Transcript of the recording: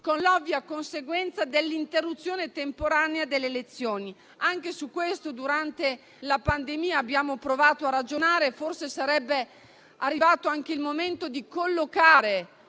con l'ovvia conseguenza dell'interruzione temporanea delle elezioni. Anche su questo durante la pandemia abbiamo provato a ragionare: forse sarebbe arrivato il momento di collocare